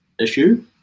issue